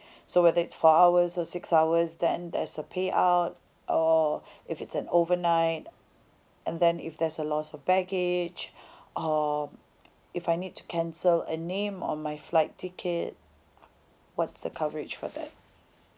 so whether it's four hours or six hours then there's a payout or if it's an overnight and then if there's a loss of baggage um if I need to cancel a name on my flight ticket what's the coverage for that